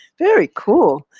very cool.